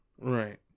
Right